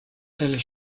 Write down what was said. elles